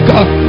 God